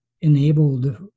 enabled